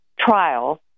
trial